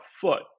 foot